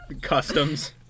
customs